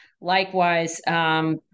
Likewise